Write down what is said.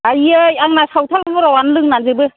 आयै आंना सावथाल उराव आनो लोंना जोबो